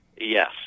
Yes